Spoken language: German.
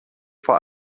vor